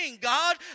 God